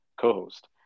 co-host